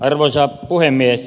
arvoisa puhemies